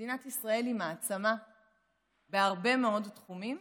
מדינת ישראל היא מעצמה בהרבה מאוד תחומים.